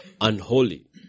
Unholy